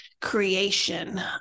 creation